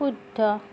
শুদ্ধ